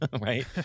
right